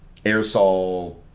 aerosol